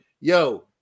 yo